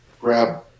grab